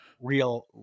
Real